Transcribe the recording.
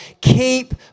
keep